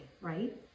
right